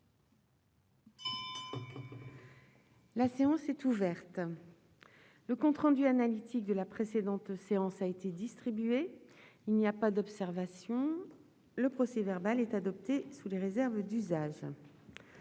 La séance est ouverte. Le compte rendu analytique de la précédente séance a été distribué. Il n'y a pas d'observation ?... Le procès-verbal est adopté sous les réserves d'usage.